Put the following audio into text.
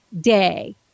day